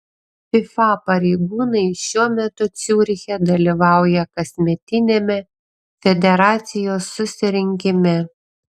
fifa pareigūnai šiuo metu ciuriche dalyvauja kasmetiniame federacijos susirinkime